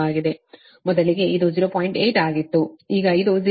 8 ಆಗಿತ್ತು ಈಗ ಅದು 0